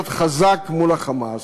להיות חזק מול ה"חמאס".